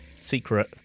secret